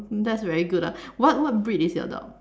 that's very good ah what what breed is your dog